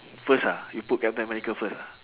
first ah you put captain america first ah